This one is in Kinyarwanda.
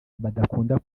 badakunda